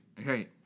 Okay